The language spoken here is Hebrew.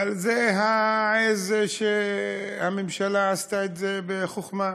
אבל זו העז, והממשלה עשתה את זה בחוכמה: